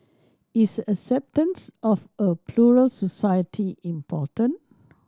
is acceptance of a plural society important